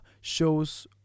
shows-